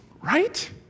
Right